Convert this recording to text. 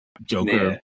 Joker